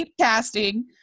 casting